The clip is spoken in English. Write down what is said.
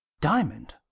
Diamond